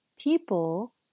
People